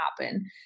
happen